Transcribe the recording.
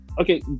okay